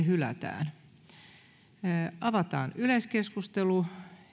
hylätään avataan yleiskeskustelu